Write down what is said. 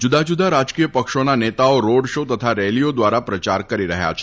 જુદાં જુદાં રાજકીય પક્ષોના નેતાઓ રોડ શો તથા રેલીઓ દ્વારા પ્રચાર કરી રહ્યા છે